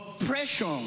oppression